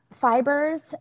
fibers